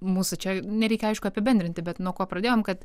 mūsų čia nereikia aišku apibendrinti bet nuo ko pradėjom kad